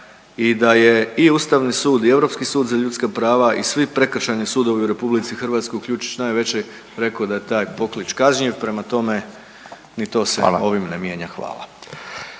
i da je i Ustavni sud i Europski sud za ljudska prava i svi prekršajni sudovi u RH uključujući najveće rekao da je taj poklič kažnjiv prema tome ni to se …/Upadica: Hvala./…